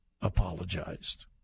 apologized